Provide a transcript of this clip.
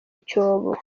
icyobo